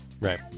Right